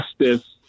justice